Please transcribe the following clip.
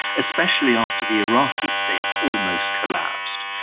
especially after the iraqi state almost collapsed.